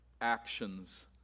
actions